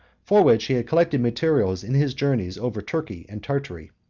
for which he had collected materials in his journeys over turkey and tartary.